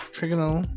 Trigonal